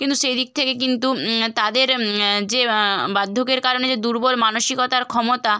কিন্তু সেদিক থেকে কিন্তু তাদের যে বার্ধক্যের কারণে যে দুর্বল মানসিকতার ক্ষমতা